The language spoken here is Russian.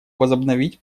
возобновить